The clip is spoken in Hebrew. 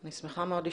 אני שמחה מאוד לשמוע.